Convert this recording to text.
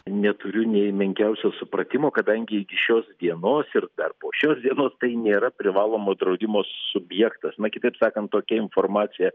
neturiu nei menkiausio supratimo kadangi iki šios dienos ir dar po šios dienos tai nėra privalomo draudimo subjektas na kitaip sakant tokia informacija